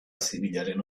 zibilaren